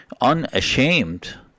unashamed